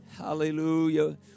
Hallelujah